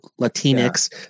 Latinx